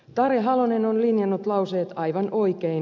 tarja halonen on linjannut lauseet aivan oikein